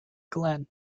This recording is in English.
glenn